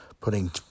putting